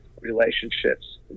relationships